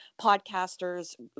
podcasters